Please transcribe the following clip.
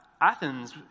Athens